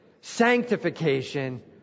sanctification